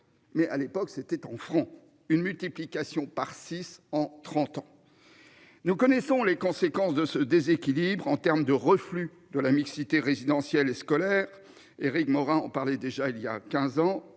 Mais à l'époque, c'était en franc, une multiplication par six en 30 ans. Nous connaissons les conséquences de ce déséquilibre en terme de reflux de la mixité résidentielle et scolaire Éric Maurin, on parlait déjà il y a 15 ans